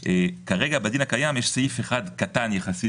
כרגע בדין הקיים יש סעיף אחד קטן יחסית